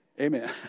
Amen